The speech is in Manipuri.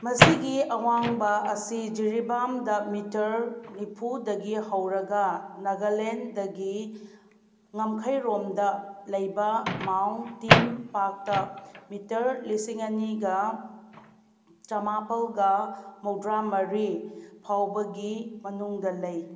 ꯃꯁꯤꯒꯤ ꯑꯋꯥꯡꯕ ꯑꯁꯤ ꯖꯤꯔꯤꯕꯥꯝꯗ ꯃꯤꯇꯔ ꯅꯤꯐꯨꯗꯒꯤ ꯍꯧꯔꯒ ꯅꯒꯂꯦꯟꯗꯒꯤ ꯉꯝꯈꯩꯔꯣꯝꯗ ꯂꯩꯕꯥ ꯃꯥꯎꯟ ꯇꯤꯝ ꯄꯥꯛꯇ ꯃꯤꯇꯔ ꯂꯤꯁꯤꯡ ꯑꯅꯤꯒ ꯆꯃꯥꯄꯜꯒ ꯃꯧꯗ꯭ꯔꯥꯃꯔꯤ ꯐꯥꯎꯕꯒꯤ ꯃꯅꯨꯡꯗ ꯂꯩ